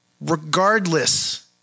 regardless